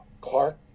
Clark